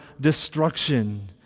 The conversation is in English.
destruction